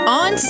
on